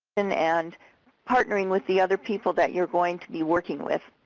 and and partnering with the other people that you're going to be working with.